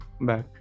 back